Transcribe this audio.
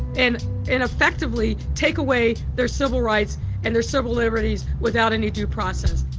and and effectively take away their civil rights and their civil liberties without any due process.